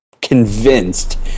convinced